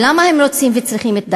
ולמה הם רוצים וצריכים את "דאעש"?